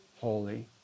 holy